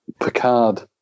Picard